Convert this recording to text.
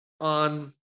on